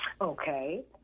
Okay